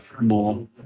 more